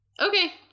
Okay